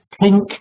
pink